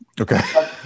Okay